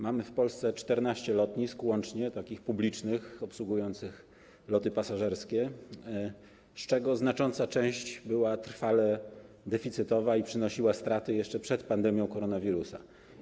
Mamy w Polsce łącznie 14 lotnisk publicznych, obsługujących loty pasażerskie, z czego znacząca część była trwale deficytowa i przynosiła straty jeszcze przed pandemią koronawirusa.